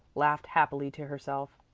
laughed happily to herself.